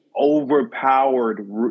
overpowered